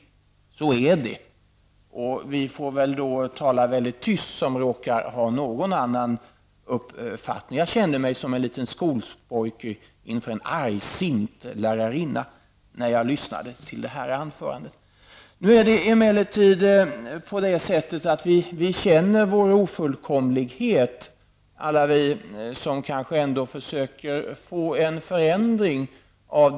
Så är det. Då får vi väl tala mycket tyst som råkar ha en annan uppfattning. Jag kände mig som en liten skolpojke inför en argsint lärarinna när jag lyssnade till det här anförandet. Alla vi som kanske ändå försöker få en förändring av den situation som råder känner vår ofullkomlighet.